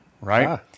right